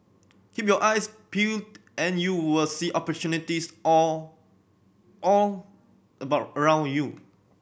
keep your eyes peeled and you will see opportunities all all about around you